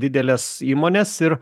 didelės įmonės ir